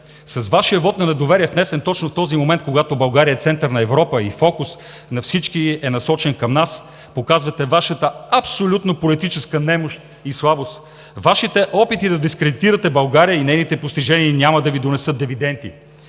С Вашия вот на недоверие, внесен точно в този момент, когато България е център на Европа и фокус на всички, насочен към нас, показвате Вашата абсолютна политическа немощ и слабост. Вашите опити да дискредитирате България и нейните постижения няма да Ви донесат дивиденти.